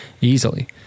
easily